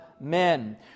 men